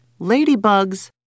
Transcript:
ladybugs